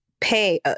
pay